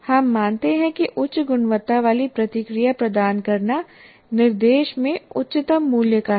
हम मानते हैं कि उच्च गुणवत्ता वाली प्रतिक्रिया प्रदान करना निर्देश में उच्चतम मूल्य का है